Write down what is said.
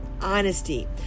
honesty